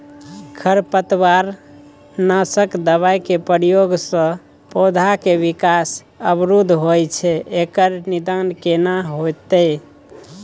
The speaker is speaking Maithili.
खरपतवार नासक दबाय के प्रयोग स पौधा के विकास अवरुध होय छैय एकर निदान केना होतय?